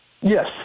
Yes